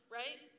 right